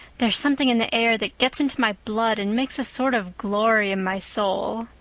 there's something in the air that gets into my blood and makes a sort of glory in my soul.